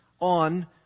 on